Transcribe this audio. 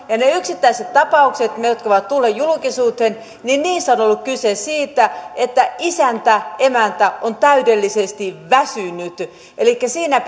niissä yksittäisissä tapauksissa jotka ovat tulleet julkisuuteen on on ollut kyse siitä että isäntä tai emäntä on täydellisesti väsynyt elikkä siinä